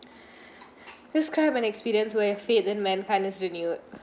describe an experience where your faith in mankind has renewed